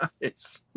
nice